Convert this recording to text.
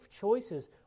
choices